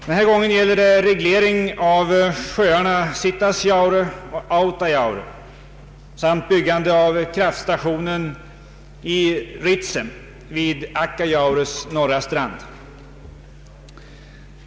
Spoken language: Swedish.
Den här gången gäller det reglering av sjöarna Sitasjaure och Autajaure samt byggande av kraftstationen i Ritsem vid Akkajaures norra strand.